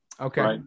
Okay